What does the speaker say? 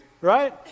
Right